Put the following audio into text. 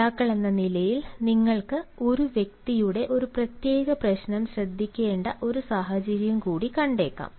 നേതാക്കളെന്ന നിലയിൽ നിങ്ങൾക്ക് ഒരു വ്യക്തിയുടെ ഒരു പ്രത്യേക പ്രശ്നം ശ്രദ്ധിക്കേണ്ട ഒരു സാഹചര്യം കൂടി കണ്ടേക്കാം